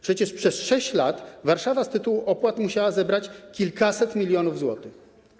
Przecież przez 6 lat Warszawa z tytułu opłat musiała zebrać kilkaset milionów złotych.